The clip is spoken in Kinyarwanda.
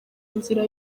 inzira